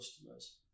customers